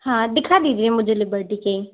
हाँ दिखा दीजिए मुझे लिबर्टी के